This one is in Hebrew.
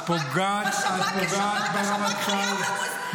-- את פוגעת ברמטכ"ל,